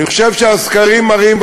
אני חושב שהסקרים מראים,